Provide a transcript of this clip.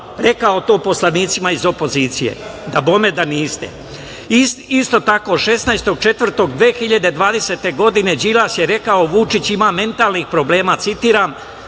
rekao to poslanicima iz opozicije? Dabome da niste. Isto tako, 16. 4. 2020. godine Đilas je rekao: „Vučić ima mentalnih problema“, citiram,